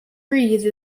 freeze